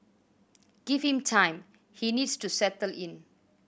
give him time he needs to settle in